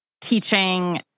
teaching